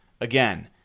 Again